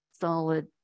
solid